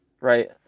right